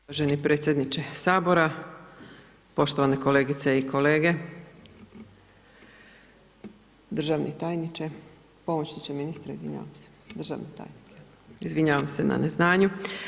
Uvaženi predsjedniče Sabora, poštovane kolegice i kolege, državni tajniče, pomoćniče ministra, izvinjavam se, državni tajnik je, izvinjavam se na neznanju.